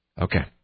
Okay